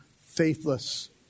faithless